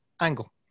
angle